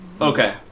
okay